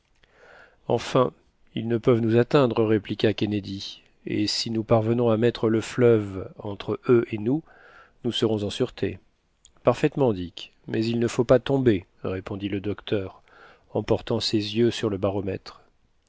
enfin ils ne peuvent nous atteindre répliqua kennedy et si nous parvenons à mettre le fleuve entre eux et nous nous serons en sûreté parfaitement dick mais il ne faut pas tomber répondit le docteur en portant ses yeux sur le baromètre